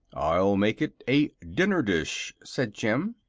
i'll make it a dinner dish, said jim.